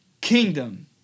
kingdom